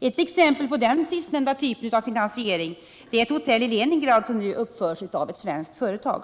Ett exempel på den sistnämnda typen av finansiering ger ett hotell i Leningrad, som nu uppförs av ett svenskt företag.